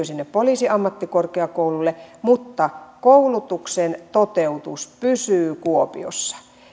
sinne poliisiammattikorkeakoululle mutta koulutuksen toteutus pysyy kuopiossa